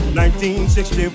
1960